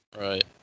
Right